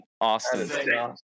Austin